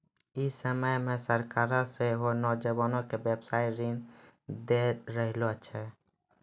इ समयो मे सरकारें सेहो नौजवानो के व्यवसायिक ऋण दै रहलो छै